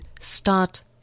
start